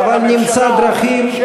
אבל נמצא דרכים,